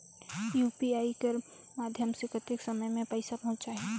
UPI कर माध्यम से कतेक समय मे पइसा पहुंच जाहि?